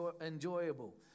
enjoyable